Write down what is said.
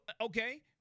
okay